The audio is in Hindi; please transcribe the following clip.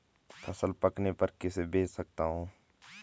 फसल पकने पर किसे बेच सकता हूँ?